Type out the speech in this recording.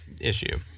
issue